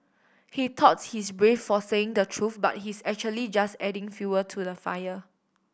he thought he's brave for saying the truth but he's actually just adding fuel to the fire